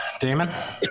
Damon